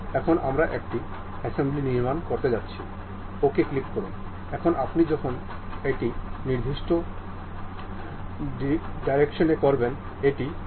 এখন আমরা এই পিনটি এক্স ডাইরেকশনে নিয়ে যাব এবং আমরা এই পিস্টনটি শীর্ষে সরিয়ে নেব